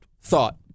thought